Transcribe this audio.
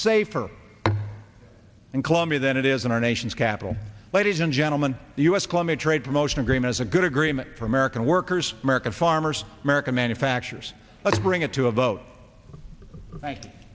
safer in colombia than it is in our nation's capital ladies and gentlemen the u s climate trade promotion agreement is a good agreement for american workers american farmers american manufacturers let's bring it to a vote